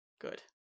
good